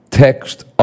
Text